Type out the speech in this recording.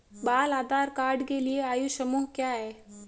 बाल आधार कार्ड के लिए आयु समूह क्या है?